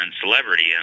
celebrity